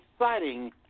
exciting